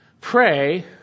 pray